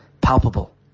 palpable